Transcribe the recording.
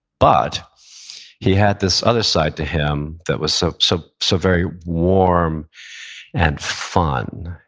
but he had this other side to him that was so so so very warm and fun,